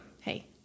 Hey